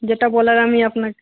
যেটা বলার আমি আপনাকে